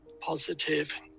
Positive